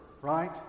right